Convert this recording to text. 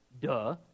duh